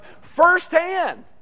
firsthand